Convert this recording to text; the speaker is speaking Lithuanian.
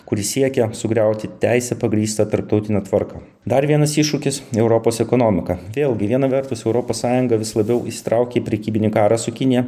kuri siekia sugriauti teise pagrįstą tarptautinę tvarką dar vienas iššūkis europos ekonomika vėlgi viena vertus europos sąjunga vis labiau įsitraukia į prekybinį karą su kinija